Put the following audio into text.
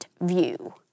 view